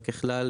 ככלל,